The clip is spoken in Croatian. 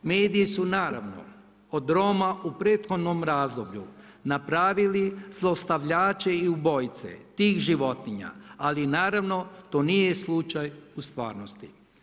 Mediji su naravno od Roma u prethodnom razdoblju napravili zlostavljače i ubojice tih životinja ali naravno to nije slučaj u stvarnosti.